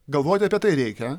galvoti apie tai reikia